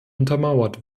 untermauert